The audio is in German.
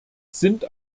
sind